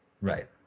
Right